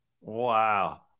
Wow